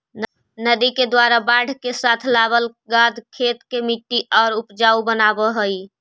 नदि के द्वारा बाढ़ के साथ लावल गाद खेत के मट्टी के ऊपजाऊ बनाबऽ हई